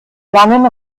langen